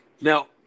Now